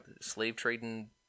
slave-trading